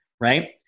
right